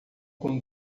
com